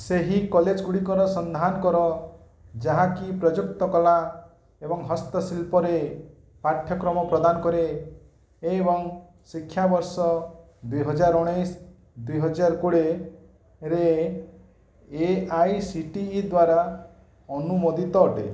ସେହି କଲେଜଗୁଡ଼ିକର ସନ୍ଧାନ କର ଯାହାକି ପ୍ରଯୁକ୍ତ କଳା ଏବଂ ହସ୍ତଶିଳ୍ପରେ ପାଠ୍ୟକ୍ରମ ପ୍ରଦାନ କରେ ଏବଂ ଶିକ୍ଷାବର୍ଷ ଦୁଇହଜାର ଉଣେଇଶ ଦୁଇହଜାର କୋଡ଼ିଏରେ A I C T E ଦ୍ଵାରା ଅନୁମୋଦିତ ଅଟେ